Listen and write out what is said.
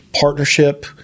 partnership